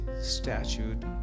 statute